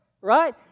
right